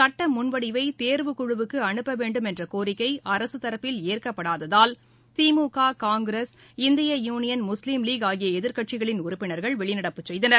சட்ட முன்வடிவை தேர்வுக்குழுவுக்கு அனுப்ப வேண்டும் என்ற கோரிக்கை அரசு தரப்பில் ஏற்கப்படாததால் திமுக காங்கிரஸ் இந்திய யூனியன் முஸ்வீம் லீக் ஆகிய எதிர்கட்சிகளின் உறுப்பினர்கள் வெளிநடப்பு செய்கனர்